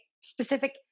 Specific